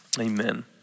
Amen